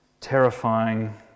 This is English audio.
terrifying